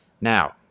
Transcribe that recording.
Now